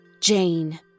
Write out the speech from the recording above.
Jane